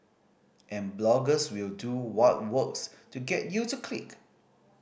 and bloggers will do what works to get you to click